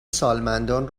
سالمندان